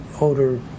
older